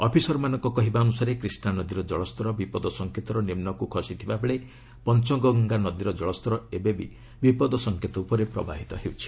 ଅଫିସରମାନଙ୍କ କହିବା ଅନୁସାରେ କ୍ରିଷ୍ଣାନଦୀର ଜଳସ୍ତର ବିପଦ ସଂକେତର ନିମ୍ନକୁ ଖସିଥିବାବେଳେ ପଞ୍ଚଗଙ୍ଗାର ଜଳସ୍ତର ଏବେ ବି ବିପଦସଂକେତ ଉପରେ ପ୍ରବାହିତ ହେଉଛି